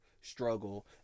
struggle